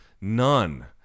None